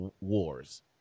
wars